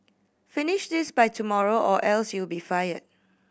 finish this by tomorrow or else you'll be fired